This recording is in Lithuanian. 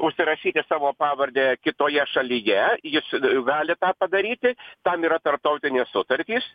užsirašyti savo pavardę kitoje šalyje jis gali tą padaryti tam yra tarptautinės sutartys